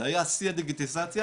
זה היה שיא הדיגיטציה,